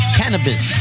cannabis